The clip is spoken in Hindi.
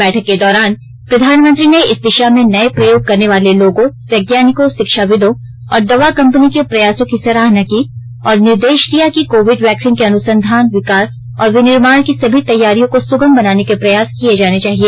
बैठक के दौरान प्रधानमंत्री ने इस दिशा में नए प्रयोग करने वाले लोगों वैज्ञानिकों शिक्षाविदों और दवा कंपनी के प्रयासों की सराहना की और निर्देश दिया कि कोविड वैक्सीन के अनुसंधान विकास और विनिर्माण की सभी तैयारियों को सुगम बनाने के प्रयास किए जाने चाहिए